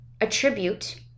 attribute